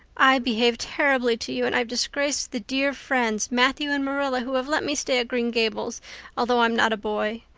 i behaved terribly to you and i've disgraced the dear friends, matthew and marilla, who have let me stay at green gables although i'm not a boy.